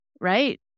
right